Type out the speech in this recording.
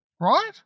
Right